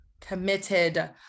committed